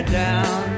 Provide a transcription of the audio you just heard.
down